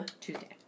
Tuesday